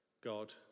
God